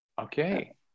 Okay